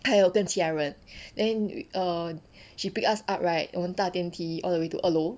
还有跟其他人 then err she pick us up right 我们搭电梯 all the way to 二楼